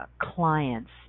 clients